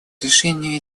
решению